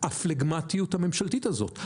הפלגמטיות הממשלתית הזאת.